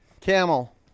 camel